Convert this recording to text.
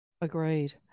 Agreed